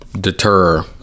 deter